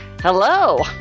Hello